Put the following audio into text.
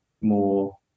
more